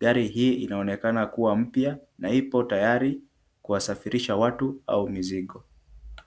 Gari hii inaonekana kuwa mpya, na ipo tayari kuwasafirisha watu au mizigo.